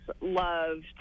loved